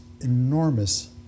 enormous